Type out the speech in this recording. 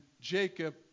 Jacob